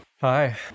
Hi